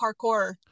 parkour